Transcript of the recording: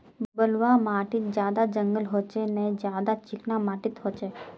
बलवाह माटित ज्यादा जंगल होचे ने ज्यादा चिकना माटित होचए?